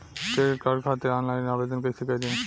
Credit card खातिर online आवेदन कइसे करि?